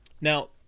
Now